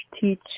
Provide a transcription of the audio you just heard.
teach